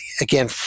again